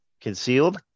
concealed